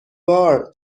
بار